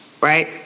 right